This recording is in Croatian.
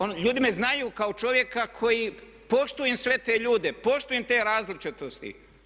Ono ljudi me znaju kao čovjeka koji poštujem sve te ljude, poštujem te različitosti.